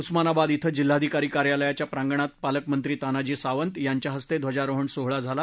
उस्मानाबाद क्वि जिल्हाधिकारी कार्यालयाच्या प्रांगणात पालकमंत्री तानाजी सावंत यांच्या हस्ते ध्वजारोहण सोहळा झाला